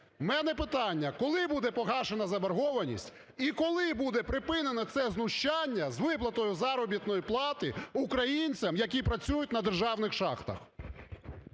У мене питання, коли буде погашена заборгованість і коли буде припинено це знущання з виплатою заробітної плати українцям, які працюють на державних шахтах?